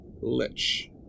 lich